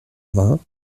vingt